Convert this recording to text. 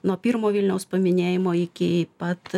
nuo pirmo vilniaus paminėjimo iki pat